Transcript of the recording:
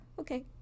Okay